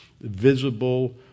visible